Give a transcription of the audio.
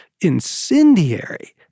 incendiary